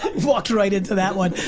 walked right into that one.